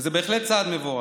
וזה בהחלט צעד מבורך.